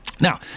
Now